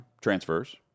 Transfers